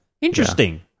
Interesting